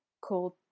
called